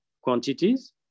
quantities